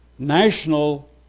National